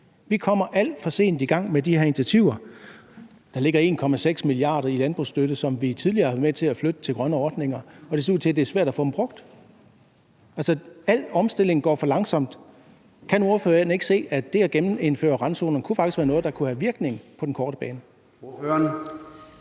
Vi kommer alt for sent i gang med de her initiativer. Der ligger 1,6 mia. kr. i landbrugsstøtte, som vi tidligere har været med til at flytte til grønne ordninger, men det ser ud til, at det er svært at få dem brugt. Al omstilling går for langsomt. Kan ordføreren ikke se, at det at genindføre randzoner faktisk kunne være noget, der kunne have virkning på den korte bane?